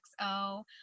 XO